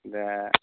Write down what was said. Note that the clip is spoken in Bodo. दा